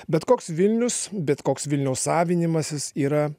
bet koks vilnius bet koks vilniaus savinimasis yra